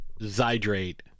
Zydrate